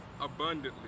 abundantly